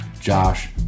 josh